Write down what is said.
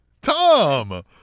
Tom